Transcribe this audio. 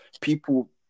People